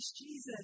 Jesus